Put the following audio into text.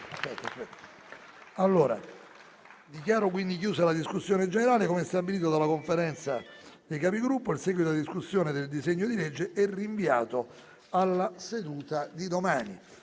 Dichiaro chiusa la discussione generale. Come stabilito dalla Conferenza dei Capigruppo, il seguito della discussione del disegno di legge è rinviato alla seduta di domani.